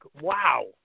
wow